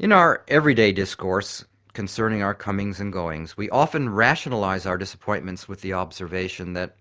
in our everyday discourse concerning our comings and goings we often rationalise our disappointments with the observation that